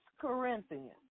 Corinthians